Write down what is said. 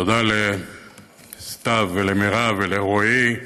תודה לסתיו, למירב ולרועי.